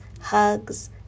hugs